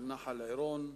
של נחל-עירון,